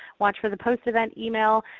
watch for the post-event email.